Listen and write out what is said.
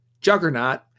juggernaut